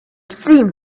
seemed